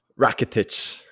Rakitic